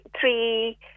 three